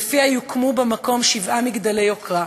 ולפיה יוקמו במקום שבעה מגדלי יוקרה,